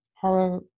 Horror